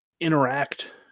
interact